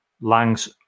Lang's